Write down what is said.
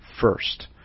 first